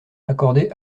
accordée